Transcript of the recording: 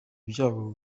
ibyago